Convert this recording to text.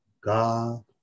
God